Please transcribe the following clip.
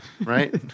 Right